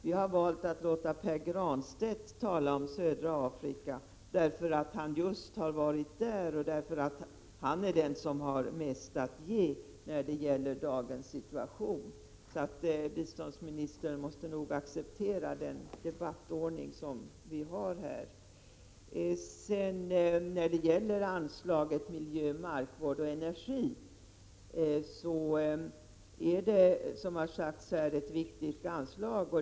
Vi har valt att låta Pär Granstedt tala om södra Afrika därför att han just har varit där och har mest att ge när det gäller dagens situation. Biståndsministern måste nog acceptera den debattordning vi har här. Anslagsposten miljö, markvård och energi är som sagt mycket viktig.